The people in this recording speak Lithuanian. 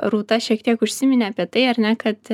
rūta šiek tiek užsiminė apie tai ar ne kad